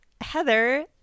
Heather